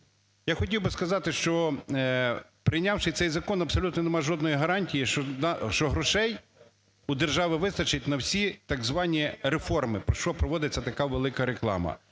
Я хотів би сказати, що прийнявши цей закон, абсолютно нема жодної гарантії, що грошей у держави вистачить на всі, так звані, реформи, про що проводиться така велика реклама.